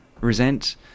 resent